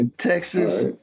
Texas